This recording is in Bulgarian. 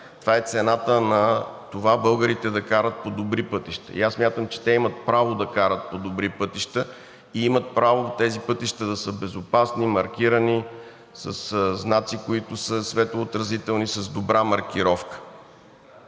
това е цената българите да карат по добри пътища. И аз смятам, че те имат право да карат по добри пътища и имат право тези пътища да са безопасни, маркирани със знаци, които са светлоотразителни, с добра маркировка.